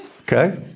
Okay